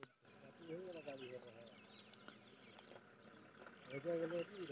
Colgate company हर ढेरे जुना हवे अऊ मइनसे मन के मुंह मे ऐखर नाव हर बइस गइसे